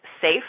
safe